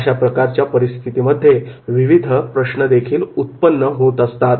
अशा बदलत्या परिस्थितीमध्ये विविध प्रश्नदेखील उत्पन्न होत असतात